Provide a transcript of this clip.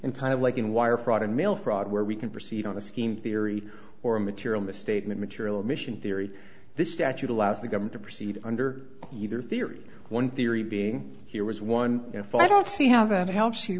and kind of like in wire fraud and mail fraud where we can proceed on a skiing theory or a material misstatement material emission theory this statute allows the governor to proceed under either theory one theory being here was one if i don't see how that helps